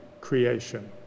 creation